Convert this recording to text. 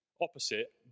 opposite